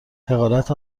حقارت